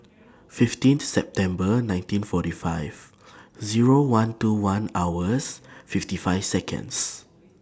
fifteen September nineteen forty five Zero one two one hours fifty five Seconds